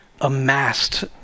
Amassed